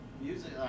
music